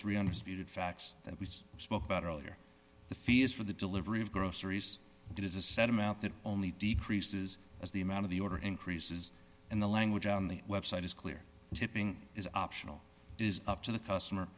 three hundred dollars speeded facts that we spoke about earlier the fee is for the delivery of groceries it is a set amount that only decreases as the amount of the order increases and the language on the website is clear tipping is optional it is up to the customer